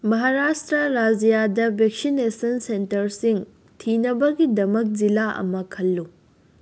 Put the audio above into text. ꯃꯍꯥꯔꯥꯁꯇ꯭ꯔꯥ ꯔꯥꯖ꯭ꯌꯗ ꯚꯦꯛꯁꯤꯅꯦꯁꯟ ꯁꯦꯟꯇꯔꯁꯤꯡ ꯊꯤꯅꯕꯒꯤꯗꯃꯛ ꯖꯤꯜꯂꯥ ꯑꯃ ꯈꯜꯂꯨ